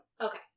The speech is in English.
Okay